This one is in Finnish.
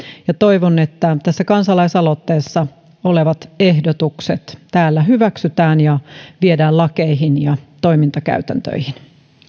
toivon että tässä kansalaisaloitteessa olevat ehdotukset täällä hyväksytään ja viedään lakeihin ja toimintakäytäntöihin